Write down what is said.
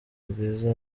bwiza